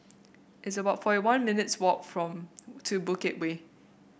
it's about forty one minutes' walk from to Bukit Way